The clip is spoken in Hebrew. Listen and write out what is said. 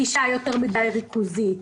הגישה היותר מדי ריכוזית,